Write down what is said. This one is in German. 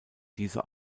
diese